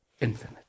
infinite